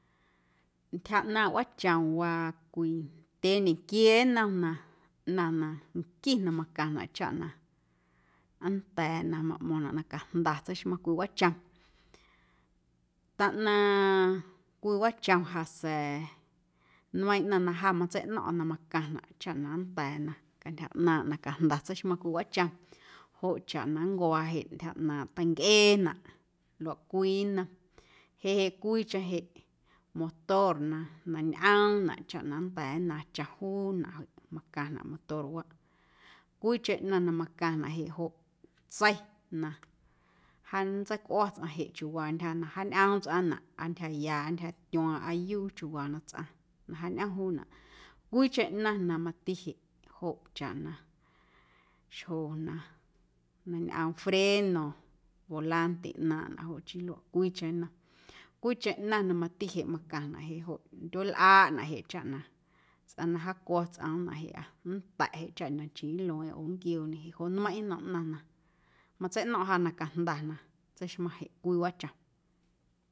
Ntyja ꞌnaaⁿꞌ wꞌaachom waa cwii ndyee ñequiee nnom na ꞌnaⁿ na nquii na macaⁿnaꞌ chaꞌ na nnda̱a̱ na maꞌmo̱ⁿnaꞌ na cajnda tseixmaⁿ cwii wꞌaachom, taꞌnaⁿ cwii wꞌaachom ja sa̱a̱ nmeiiⁿ ꞌnaⁿ na ja matseiꞌno̱ⁿꞌa na macaⁿnaꞌ chaꞌ na nnda̱a̱ na cantyja ꞌnaaⁿꞌ na cajnda tseixmaⁿ cwii wꞌaachom joꞌ chaꞌ na nncuaa jeꞌ ntyja ꞌnaaⁿꞌ teincꞌeenaꞌ luaꞌ cwii nnom jeꞌ jeꞌ cwiicheⁿ jeꞌ motor na na ñꞌoomnaꞌ chaꞌ na nnda̱a̱ nnaaⁿ chom juunaꞌ macaⁿnaꞌ motorwaꞌ cwiicheⁿ ꞌnaⁿ na macaⁿnaꞌ jeꞌ joꞌ tsei na jaa nntseicꞌuo̱ tsꞌaⁿ jeꞌ chiuuwaa ntyja na jaañꞌoom tsꞌaⁿnaꞌ aa ntyjaya aa ntyjatyuaaⁿꞌ aa yuu chiuuwaa na tsꞌaⁿ na jaañꞌom juunaꞌ cwiicheⁿ na mati jeꞌ joꞌ chaꞌ na xjo na na ñꞌoom freno, volanta ꞌnaaⁿꞌnaꞌ joꞌ chii luaꞌ cwiicheⁿ nnom, cwiicheⁿ ꞌnaⁿ na mati macaⁿnaꞌ jeꞌ joꞌ ndyueelꞌaaꞌnaꞌ jeꞌ chaꞌ na tsꞌaⁿ na jaacwo̱ tsꞌomnaꞌ jeꞌa nnta̱ꞌ jeꞌ chaꞌ na nchii nlueeⁿꞌeⁿ oo nnquiooñe jeꞌ joꞌ nmeiⁿꞌ nnom ꞌnaⁿ na matseiꞌno̱ⁿꞌ ja na cajnda na tseixmaⁿ jeꞌ cwii wꞌaachom.